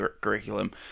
curriculum